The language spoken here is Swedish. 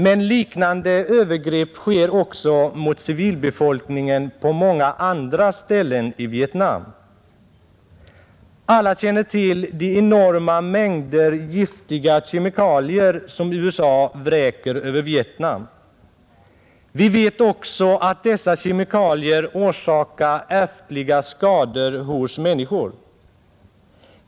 Men liknande övergrepp sker också mot civilbefolkningen på många andra ställen i Vietnam. Alla känner till de enorma mängder giftiga kemikalier som USA vräker över Vietnam. Vi vet också att dessa kemikalier orsakar ärftliga skador hos människor.